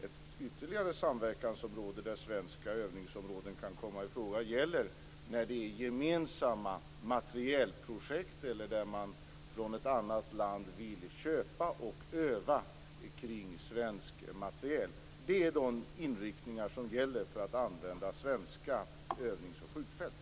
Ett ytterligare samverkansområde där svenska övningsområden kan komma i fråga är gemensamma materielprojekt eller där man från ett annat land vill köpa och öva kring svensk materiel. Det är de inriktningar som gäller för användning av svenska övnings och skjutfält.